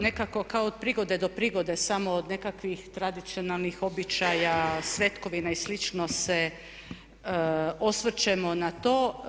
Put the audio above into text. Nekako kao od prigode do prigode samo od nekakvih tradicionalnih običaja, svetkovina i slično se osvrćemo na to.